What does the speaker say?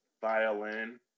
violin